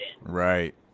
Right